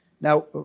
Now